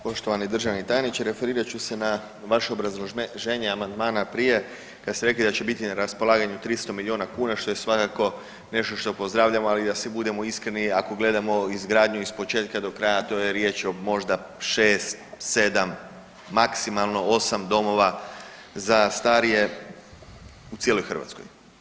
Poštovani državni tajniče, referirat ću se na vaše obrazloženje amandmana prije kad ste rekli da će biti na raspolaganju 300 milijuna kuna, što je svakako nešto što pozdravljamo, ali i da si budemo iskreni, ako gledamo izgradnju ispočetka do kraja, to je riječ o možda 6, 7, maksimalno 8 domova za starije u cijeloj Hrvatskoj.